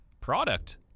product